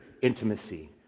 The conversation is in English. intimacy